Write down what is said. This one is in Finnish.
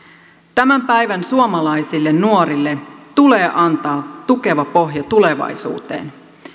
tämän päivän suomalaisille nuorille tulee antaa tukeva pohja tulevaisuuteen